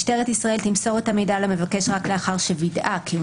משטרת ישראל תמסור את המידע למבקש רק לאחר שווידאה כי הוא